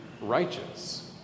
righteous